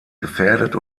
gefährdet